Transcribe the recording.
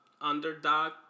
underdog